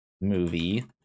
movie